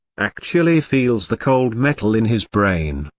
actually feels the cold metal in his brain.